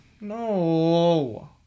No